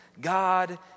God